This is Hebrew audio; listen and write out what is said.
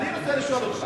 אני רוצה לשאול אותך,